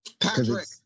Patrick